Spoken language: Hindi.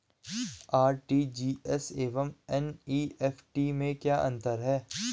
आर.टी.जी.एस एवं एन.ई.एफ.टी में क्या अंतर है?